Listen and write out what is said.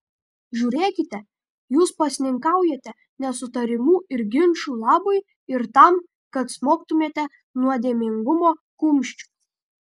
žiūrėkite jūs pasninkaujate nesutarimų ir ginčų labui ir tam kad smogtumėte nuodėmingumo kumščiu